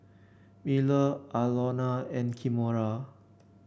Miller Aloma and Kimora